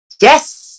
yes